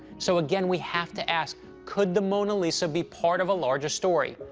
so, again, we have to ask, could the mona lisa be part of a larger story,